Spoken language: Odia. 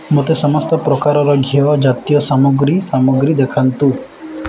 ମୋତେ ସମସ୍ତ ପ୍ରକାରର ଘିଅ ଜାତୀୟ ସାମଗ୍ରୀ ସାମଗ୍ରୀ ଦେଖାନ୍ତୁ